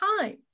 time